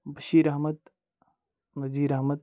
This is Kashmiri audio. بٔشیٖر احمد نظیٖر احمد